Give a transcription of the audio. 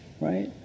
right